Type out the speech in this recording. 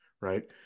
right